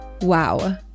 Wow